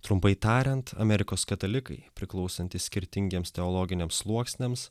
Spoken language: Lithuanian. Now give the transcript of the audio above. trumpai tariant amerikos katalikai priklausantys skirtingiems teologiniams sluoksniams